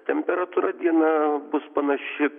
temperatūra dieną bus panaši